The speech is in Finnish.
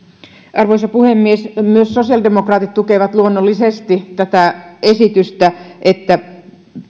arvoisa puhemies myös sosiaalidemokraatit luonnollisesti tukevat tätä esitystä että